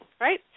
right